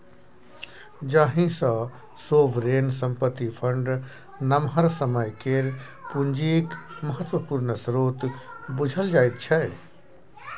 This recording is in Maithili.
जाहि सँ सोवरेन संपत्ति फंड नमहर समय केर पुंजीक महत्वपूर्ण स्रोत बुझल जाइ छै